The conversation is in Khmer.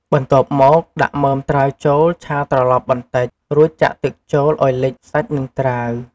បន្ទាប់មកដាក់មើមត្រាវចូលឆាត្រឡប់បន្តិច រួចចាក់ទឹកចូលឱ្យលិចសាច់និងត្រាវ។